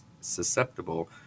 susceptible